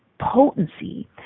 potency